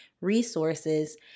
resources